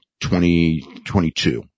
2022